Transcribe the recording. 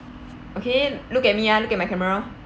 okay look at me ah look at my camera